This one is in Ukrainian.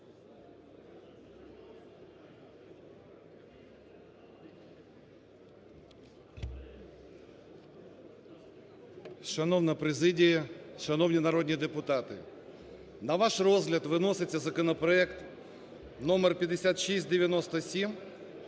Шановна президіє! Шановні народні депутати! На ваш розгляд виноситься законопроект номер 5697